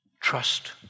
trust